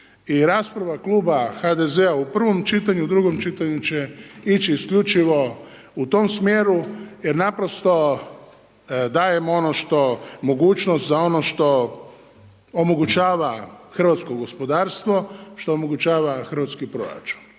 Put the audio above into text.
rasprava kluba HDZ-a u prvom čitanju, u drugom čitanju će ići isključivo u tom smjeru jer naprosto dajemo ono što, mogućnosti za ono što omogućava hrvatsko gospodarstvo, što omogućava hrvatski proračun.